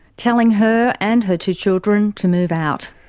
telling her and her two children to move out.